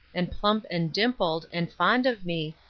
and plump and dimpled, and fond of me,